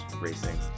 racing